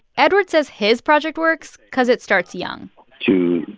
edward says his project works cause it starts young to,